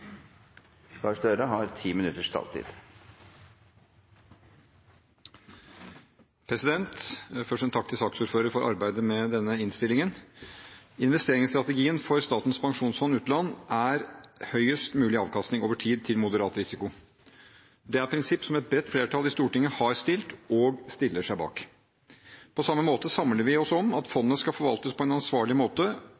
Først en takk til saksordføreren for arbeidet med denne innstillingen. Investeringsstrategien for Statens pensjonsfond utland er høyest mulig avkastning over tid til moderat risiko. Det er prinsipp som et bredt flertall i Stortinget har stilt og stiller seg bak. På samme måte samler vi oss om at